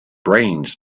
brains